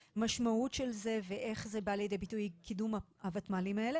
המשמעות של זה ואיך זה בא לידי ביטוי קידום הוותמ"לים האלה.